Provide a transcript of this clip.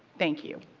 thank you.